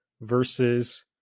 versus